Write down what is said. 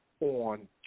on